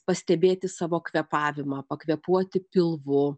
pastebėti savo kvėpavimą pakvėpuoti pilvu